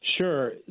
Sure